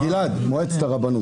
גלעד, הזכירו פה את מועצת הרבנות.